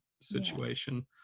situation